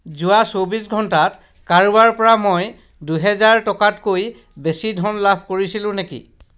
যোৱা চৌব্বিছ ঘণ্টাত কাৰোবাৰ পৰা মই দুহেজাৰ টকাতকৈ বেছি ধন লাভ কৰিছিলো নেকি